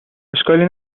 اشکالی